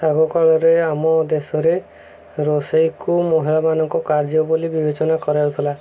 ଆଗକାଳରେ ଆମ ଦେଶରେ ରୋଷେଇକୁ ମହିଳାମାନଙ୍କ କାର୍ଯ୍ୟ ବୋଲି ବିିବେଚନା କରାଯାଉଥିଲା